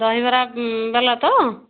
ଦହିବରା ବାଲା ତ